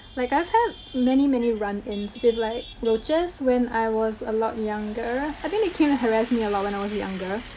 like, i've had many, many run-ins with, like, roaches when i was a lot younger. i think mean they came to harass me a lot when i was younger.